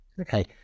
Okay